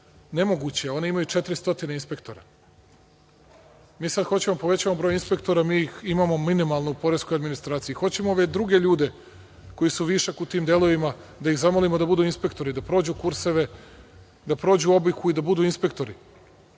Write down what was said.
Nemoguće. Oni imaju 400 inspektora. Mi sada hoćemo da povećamo broj inspektora. Mi imamo minimalnu poresku administraciju, i hoćemo ove druge ljude koji su višak u tim delovima da ih zamolimo da budu inspektori, da prođu kurseve, da prođu obuku i da budu inspektori.